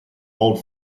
old